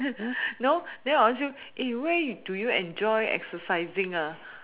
you know then I ask you where do you enjoy exercising ah